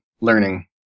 learning